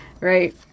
Right